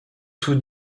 tous